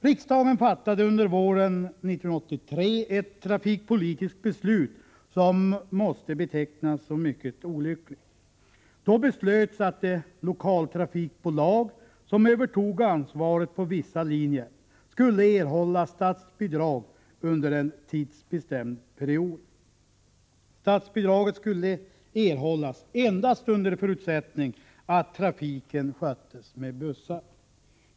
Riksdagen fattade under våren 1983 ett trafikpolitiskt beslut som måste betecknas som mycket olyckligt. Då beslöts att de lokaltrafikbolag som övertog ansvaret på vissa linjer skulle erhålla statsbidrag under en tidsbestämd period. Statsbidraget skulle erhållas endast under förutsättning att trafiken sköttes med bussar.